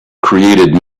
created